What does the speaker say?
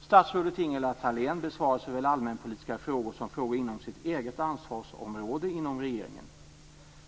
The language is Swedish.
Statsrådet Ingela Thalén besvarar såväl allmänpolitiska frågor som frågor inom sitt eget ansvarsområde inom regeringen.